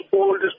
old